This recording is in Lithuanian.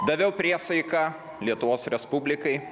daviau priesaiką lietuvos respublikai